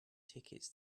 tickets